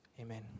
Amen